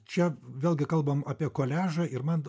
čia vėlgi kalbam apie koliažą ir man